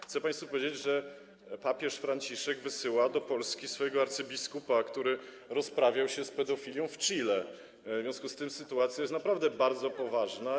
Chcę państwu powiedzieć, że papież Franciszek wysyła do Polski swojego arcybiskupa, który rozprawiał się z pedofilią w Chile, w związku z tym sytuacja jest naprawdę bardzo poważna.